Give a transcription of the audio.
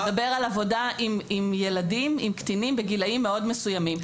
הוא מדבר על עבודה עם קטינים בגילים מאוד מסוימים,